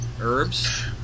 Herbs